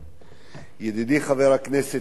ידידי חבר הכנסת שלמה מולה,